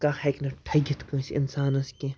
کانٛہہ ہیٚکہِ نہٕ ٹھٔگِتھ کٲنٛسہِ اِنسانَس کینٛہہ